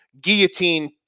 guillotine